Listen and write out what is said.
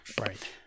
right